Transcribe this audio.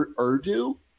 Urdu